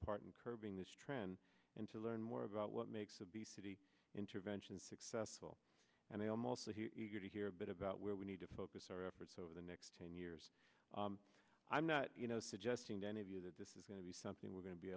part in curbing this trend and to learn more about what makes obesity intervention successful and i am also here eager to hear a bit about where we need to focus our efforts over the next ten years i'm not you know suggesting to any of you that this is going to be something we're going to be